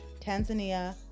Tanzania